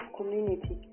community